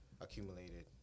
accumulated